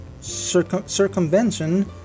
circumvention